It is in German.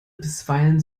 bisweilen